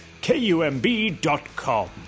KUMB.com